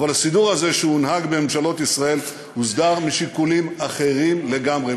אבל הסידור הזה שהונהג בממשלות ישראל הוסדר משיקולים אחרים לגמרי,